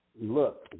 look